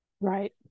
Right